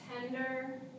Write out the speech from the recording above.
tender